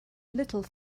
little